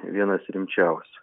vienas rimčiausių